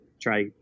try